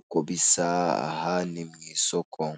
uko bisa aha ni mu isoko.